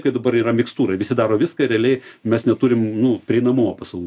kai dabar yra mikstūra visi daro viską ir realiai mes neturim nu prieinamumo paslaugų